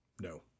No